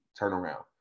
turnaround